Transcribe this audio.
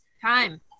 time